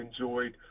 enjoyed